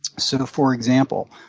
so, for example,